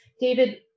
David